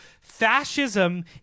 fascism